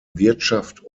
wirtschaft